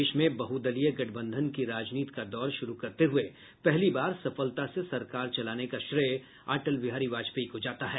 देश में बहुदलीय गठबंधन की राजनीति का दौर शुरू करते हुए पहली बार सफलता से सरकार चलाने का श्रेय अटल बिहारी वाजपेयी को जाता है